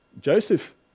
Joseph